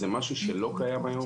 זה משהו שלא קיים היום.